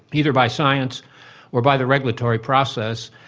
either by science or by the regulatory process,